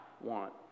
want